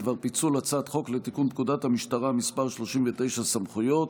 בדבר פיצול הצעת חוק לתיקון פקודת המשטרה (מס' 39) (סמכויות),